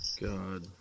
God